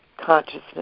consciousness